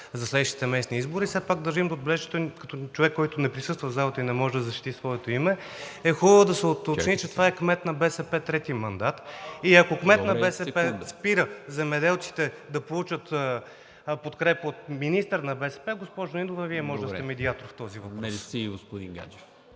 за следващите местни избори, все пак държим да отбележим, че той като човек, който не присъства в залата и не може да защити своето име, е хубаво да се уточни, че това е кмет на БСП – трети мандат. И ако кмет на БСП спира земеделците да получат подкрепа от министър на БСП, госпожо Нинова, Вие може да сте медиатор по този въпрос. ПРЕДСЕДАТЕЛ НИКОЛА